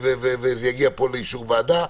וזה יגיע פה לאישור ועדה,